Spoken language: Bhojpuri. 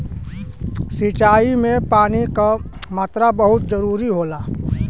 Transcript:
सिंचाई में पानी क मात्रा बहुत जरूरी होला